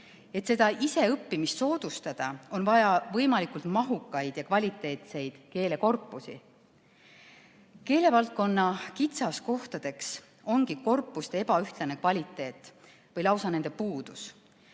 Et seda iseõppimist soodustada, on vaja võimalikult mahukaid ja kvaliteetseid keelekorpusi. Keelevaldkonna kitsaskohtadeks ongi korpuste ebaühtlane kvaliteet või lausa nende puudus.